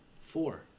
Four